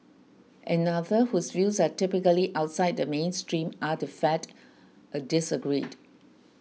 another whose views are typically outside the mainstream are the Fed disagreed